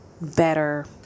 better